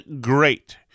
great